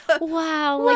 wow